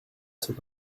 c’est